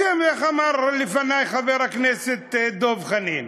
אתם, איך אמר לפני חבר הכנסת דב חנין,